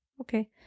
Okay